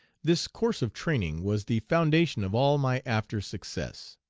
this course of training was the foundation of all my after-success.